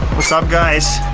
what's up guys?